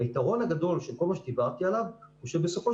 והיתרון הגדול של כל מה שדיברתי עליו הוא שבסופו